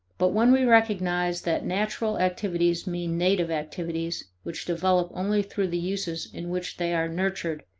but when we recognize that natural activities mean native activities which develop only through the uses in which they are nurtured,